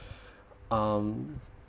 um